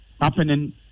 happening